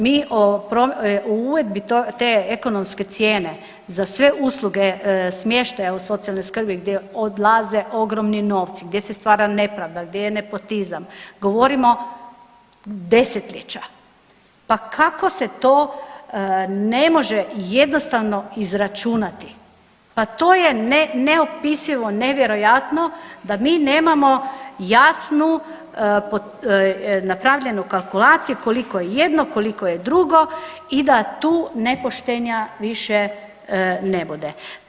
Mi o uvedbi te ekonomske cijene za sve usluge smještaja u socijalnoj skrbi gdje odlaze ogromni novci, gdje se stvara nepravda, gdje je nepotizam govorimo desetljeća pa kako se to ne može jednostavno izračunati, pa to je neopisivo, nevjerojatno da mi nemamo jasnu napravljenu kalkulaciju koliko je jedno, koliko je drugo i da tu nepoštenja više ne bude.